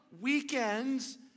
weekends